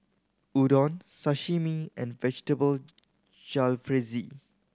Udon Sashimi and Vegetable Jalfrezi